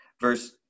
verse